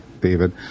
David